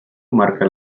marca